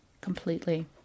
completely